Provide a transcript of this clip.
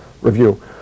review